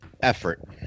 effort